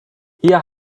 hier